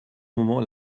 moment